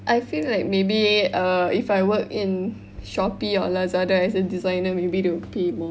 I feel like maybe err if I work in Shopee or Lazada as a designer maybe they will pay more